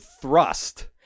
thrust